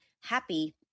happy